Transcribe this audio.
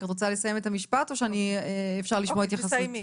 את רוצה לסיים את המשפט או שאפשר לשמוע התייחסות?